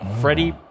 Freddie